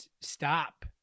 stop